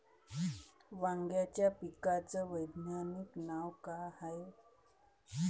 वांग्याच्या पिकाचं वैज्ञानिक नाव का हाये?